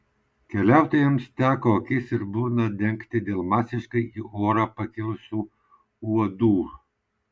keliautojams teko akis ir burną dengti dėl masiškai į orą pakilusių uodų